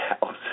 house